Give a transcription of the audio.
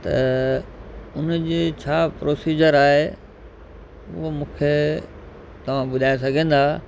त उन जी छा प्रोसिजर आहे उहो मूंखे तव्हां ॿुधाए सघंदा